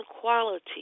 quality